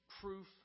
proof